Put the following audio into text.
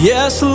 Yes